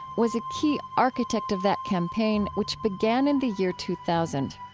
was a key architect of that campaign, which began in the year two thousand.